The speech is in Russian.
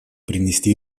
принести